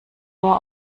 nur